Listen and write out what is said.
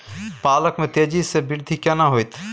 पालक में तेजी स वृद्धि केना होयत?